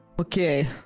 Okay